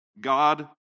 God